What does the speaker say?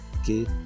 Okay